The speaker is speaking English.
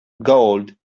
gold